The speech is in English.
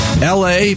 LA